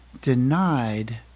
denied